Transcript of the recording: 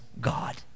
God